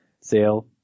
Sale